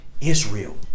Israel